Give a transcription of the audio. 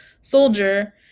soldier